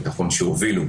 עבורנו,